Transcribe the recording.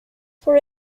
for